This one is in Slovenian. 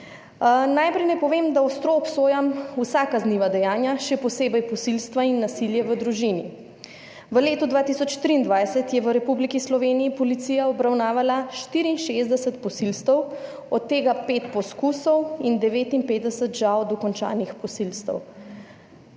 Najprej naj povem, da ostro obsojam vsa kazniva dejanja, še posebej posilstva in nasilje v družini. V letu 2023 je v Republiki Sloveniji policija obravnavala 64 posilstev, od tega 5 poskusov in 59, žal, dokončanih posilstev.